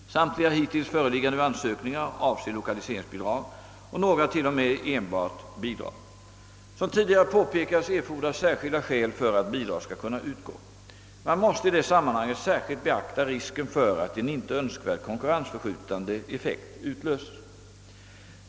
Samtliga hittills föreliggande ansökningar avser lokaliseringsbidrag och några t.o.m. enbart bidrag. Som tidigare påpekats erfordras särskilda skäl för att bidrag skall kunna utgå. Man måste i det sammanhanget särskilt beakta risken för att en inte önskvärd konkurrensförskjutande effekt utlöses.